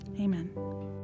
Amen